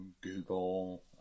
Google